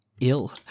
ill